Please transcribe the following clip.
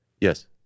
Yes